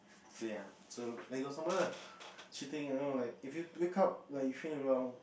play ah so then go somewhere ah cheating around like if you wake up like you feel wrong